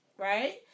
right